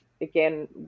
again